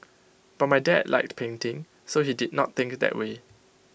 but my dad liked painting so he did not think IT that way